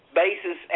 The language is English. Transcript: basis